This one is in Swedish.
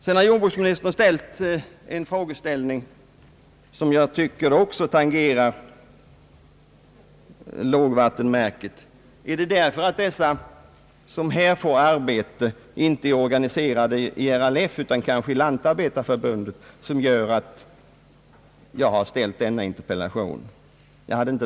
Så tog jordbruksministern upp en frågeställning som jag tycker också tangerar lågvattenmärket: är det därför att de som här får arbete inte är organiserade i RLF utan kanske i Lantarbetareförbundet som jag har framställt interpellationen?